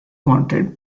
wanted